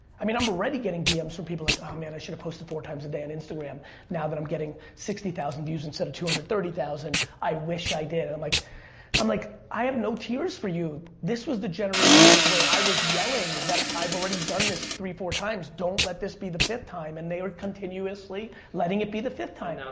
i mean, i'm already getting dms from people like, oh, man, i should've posted four times a day on and instagram now that i'm getting sixty thousand views instead of two hundred and thirty thousand. i wish i did. like i'm like, i have no tears for you. this was the generation where i was yelling that i've already done this three, four times! don't let this be the fifth time, and they are continuously letting it be the fifth time.